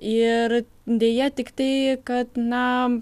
ir deja tiktai kad na